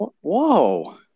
Whoa